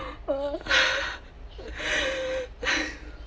oh